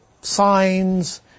signs